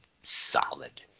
solid